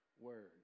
word